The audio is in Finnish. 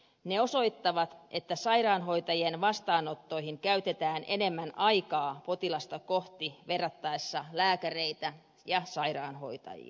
tutkimukset osoittavat että sairaanhoitajien vastaanotoilla käytetään enemmän aikaa potilasta kohti verrattaessa lääkäreitä ja sairaanhoitajia